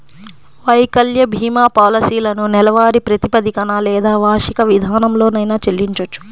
వైకల్య భీమా పాలసీలను నెలవారీ ప్రాతిపదికన లేదా వార్షిక విధానంలోనైనా చెల్లించొచ్చు